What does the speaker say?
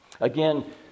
Again